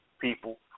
People